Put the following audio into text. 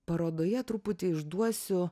parodoje truputį išduosiu